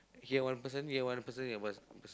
here one person here one person and one person